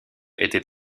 était